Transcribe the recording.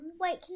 Wait